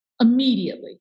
Immediately